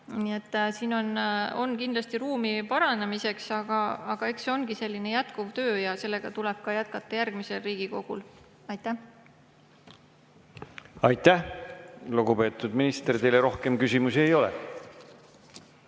siin on kindlasti ruumi paranemiseks. Eks see ongi selline jätkuv töö ja sellega tuleb jätkata ka järgmisel Riigikogul. Aitäh, lugupeetud minister! Teile rohkem küsimusi ei ole.